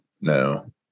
No